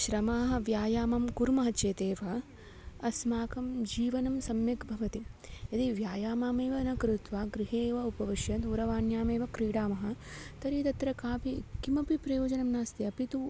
श्रमाः व्यायामं कुर्मः चेतेव अस्माकं जीवनं सम्यक् भवति यदि व्यायाममेव न कृत्वा गृहे एव उपविश्य दूरवाण्यामेव क्रीडामः तर्हि तत्र कापि किमपि प्रयोजनं नास्ति अपि तु